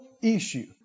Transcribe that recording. issue